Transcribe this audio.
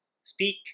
speak